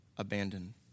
Abandoned